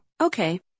Okay